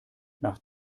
nach